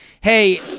Hey